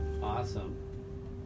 Awesome